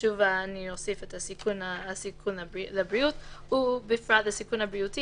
אוסיף את הסיכון לבריאות - ובפרט לסיכון הבריאותי